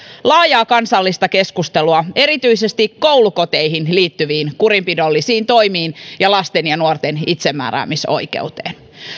laajaa kansallista keskustelua erityisesti koulukoteihin liittyvistä kurillisista toimista ja lasten ja nuorten itsemääräämisoikeudesta